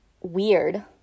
weird